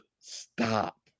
stop